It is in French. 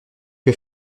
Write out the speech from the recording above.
que